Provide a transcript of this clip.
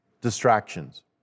distractions